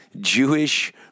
Jewish